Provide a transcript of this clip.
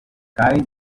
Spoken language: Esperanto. kaj